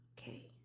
Okay